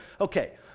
okay